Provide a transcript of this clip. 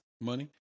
money